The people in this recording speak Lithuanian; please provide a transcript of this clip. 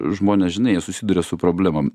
žmonės žinai jie susiduria su problemom